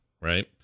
right